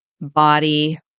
body